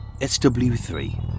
SW3